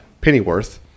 Pennyworth